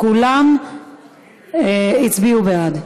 כולם הצביעו בעד.